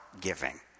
giving